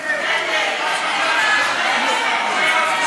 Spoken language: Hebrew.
לפיתוח הנגב (תיקון מס' 4) (תיקון) (הוראות